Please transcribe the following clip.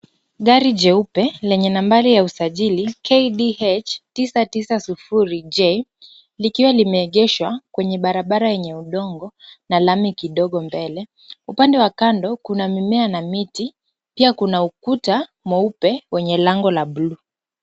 Gari jeupe lenye nambari ya usajili KDH tisa tisa sufuri J likiwa limeegeshwa kwenye barabara yenye udongo na lami kidogo mbele. Upande wa kando kuna mimea na miti, pia kuna ukuta mweupe wenye lango la buluu.